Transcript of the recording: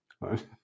right